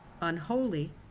unholy